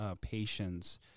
patients